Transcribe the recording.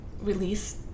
release